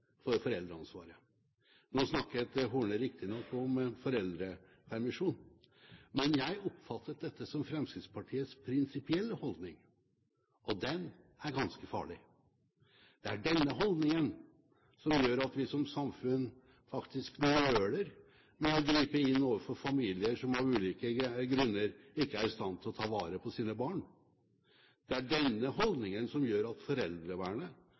foreldreansvaret. Nå snakket Horne riktignok om foreldrepermisjon, men jeg oppfattet dette som Fremskrittspartiets prinsipielle holdning, og den er ganske farlig. Det er denne holdningen som gjør at vi som samfunn faktisk nøler med å gripe inn overfor familier som av ulike grunner ikke er i stand til å ta vare på sine barn. Det er denne holdningen som gjør at foreldrevernet